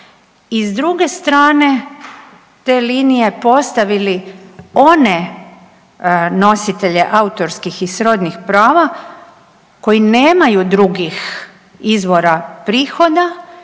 i s druge strane, te linije postavili one nositelje autorskih i srodnih prava koji nemaju drugih izvora prihoda